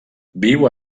viu